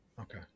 Okay